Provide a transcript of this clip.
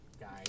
guys